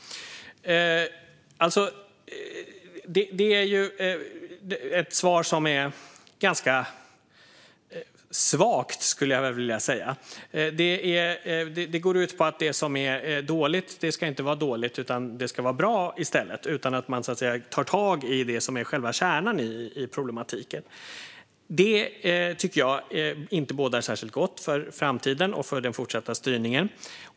Det är ett svar som är ganska svagt, skulle jag vilja säga. Det går ut på att det som är dåligt inte ska vara dåligt. Det ska i stället vara bra utan att man, så att säga, tar tag i det som är själva kärnan i problematiken. Det tycker jag inte bådar särskilt gott för framtiden och för den fortsatta styrningen.